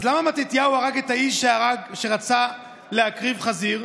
אז למה מתתיהו הרג את האיש שרצה להקריב חזיר,